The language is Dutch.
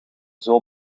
zoo